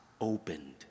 opened